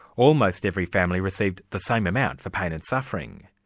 almost every family received the same amount for pain and suffering.